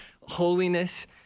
holiness